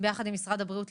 ביחד עם משרד הבריאות,